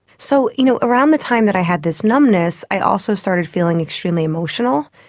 so you know around the time that i had this numbness i also started feeling extremely emotional,